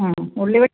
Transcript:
ആ ആ ഉള്ളിവട